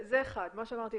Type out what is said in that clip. זה דבר אחד.